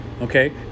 Okay